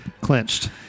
clinched